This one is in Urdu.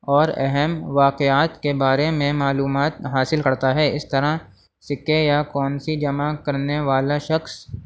اور اہم واقعات کے بارے میں معلومات حاصل کرتا ہے اس طرح سکے یا کونسی جمع کرنے والا شخص